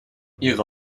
ihre